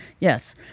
Yes